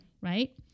right